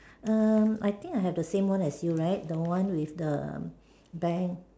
um I think I have the same one as you right the one with the um bank